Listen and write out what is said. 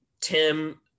Tim